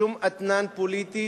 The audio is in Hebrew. שום אתנן פוליטי